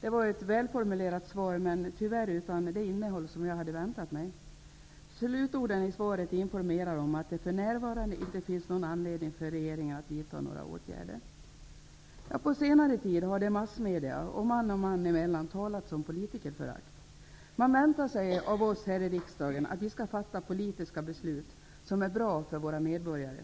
Det var ett välformulerat svar, men tyvärr utan det innehåll som jag hade väntat mig. Slutorden i svaret informerar om att det för närvarande inte finns någon anledning för regeringen att vidta några åtgärder. På senare tid har det i massmedia och man och man emellan talats om politikerförakt. Man väntar av oss här i riksdagen att vi skall fatta politiska beslut som är bra för våra medborgare.